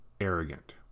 arrogant